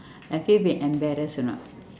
have you been embarrassed or not